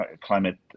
climate